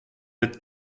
êtes